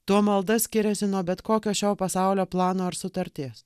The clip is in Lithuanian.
tuo malda skiriasi nuo bet kokio šio pasaulio plano ar sutarties